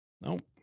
Nope